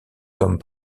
comme